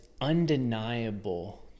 undeniable